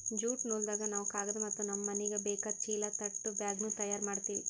jute ನೂಲ್ದಾಗ್ ನಾವ್ ಕಾಗದ್ ಮತ್ತ್ ನಮ್ಮ್ ಮನಿಗ್ ಬೇಕಾದ್ ಚೀಲಾ ತಟ್ ಬ್ಯಾಗ್ನು ತಯಾರ್ ಮಾಡ್ತೀವಿ